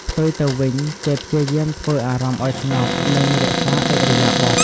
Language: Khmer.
ផ្ទុយទៅវិញ គេព្យាយាមធ្វើអារម្មណ៍ឱ្យស្ងប់ និង រក្សាឥរិយាបថ។